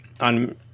on